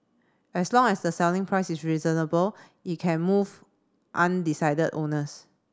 as long as the selling price is reasonable it can move undecided owners